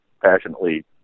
passionately